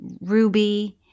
Ruby